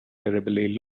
terribly